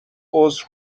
عذر